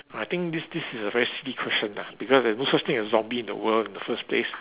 I think this this is a very silly question ah because there's no such thing as zombie in the world in the first place